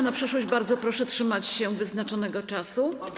Na przyszłość bardzo proszę trzymać się wyznaczonego czasu.